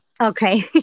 Okay